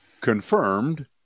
confirmed